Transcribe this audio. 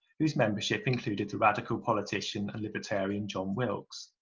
whose membership included the radical politician and libertarian john wilkes.